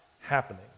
happening